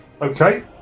Okay